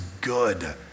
good